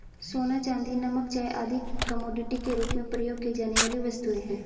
सोना, चांदी, नमक, चाय आदि कमोडिटी के रूप में प्रयोग की जाने वाली वस्तुएँ हैं